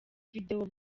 videwo